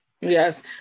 Yes